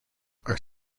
are